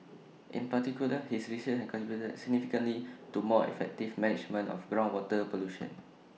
in particular his research has contributed significantly to more effective management of groundwater pollution